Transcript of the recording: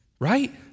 Right